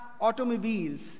automobiles